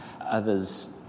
Others